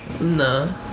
No